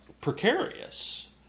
precarious